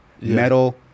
Metal